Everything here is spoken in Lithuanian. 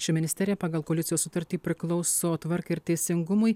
ši ministerija pagal koalicijos sutartį priklauso tvarkai ir teisingumui